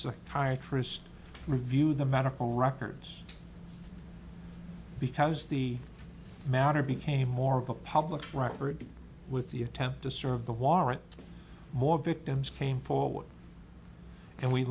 psychiatrist review the medical records because the matter became more of a public record with the attempt to serve the warrant more victims came forward and we